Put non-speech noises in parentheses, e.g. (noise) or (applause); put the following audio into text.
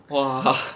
!wah! (laughs)